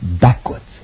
backwards